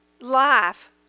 life